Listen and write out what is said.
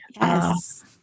Yes